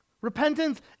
Repentance